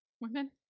Women